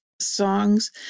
songs